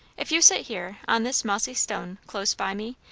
if you sit here on this mossy stone, close by me,